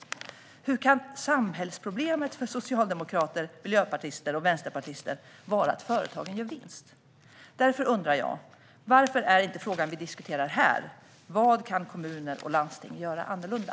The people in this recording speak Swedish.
Hur kan samhällsproblemet för socialdemokrater, miljöpartister och vänsterpartister vara att företagen gör vinst? Därför undrar jag: Varför är inte frågan som vi diskuterar här vad kommuner och landsting kan göra annorlunda?